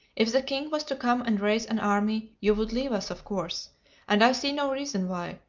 if the king was to come and raise an army, you would leave us, of course and i see no reason why,